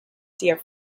dear